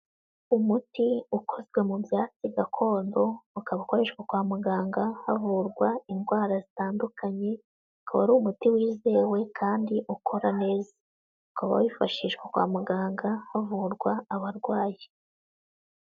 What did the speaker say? Umuti ukozwe mu byatsi gakondo, ukaba ukoreshwa kwa muganga havurwa indwara zitandukanye, ukaba ari umuti wizewe kandi ukora neza. Ukaba wifashishwa kwa muganga havurwa abarwayi.